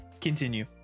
continue